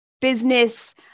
business